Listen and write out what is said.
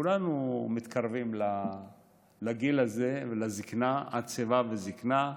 כולנו מתקרבים לגיל הזה ולזקנה, עד שיבה וזקנה,